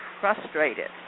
frustrated